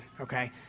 okay